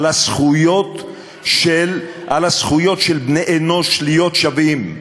על הזכויות של בני-אנוש להיות שווים,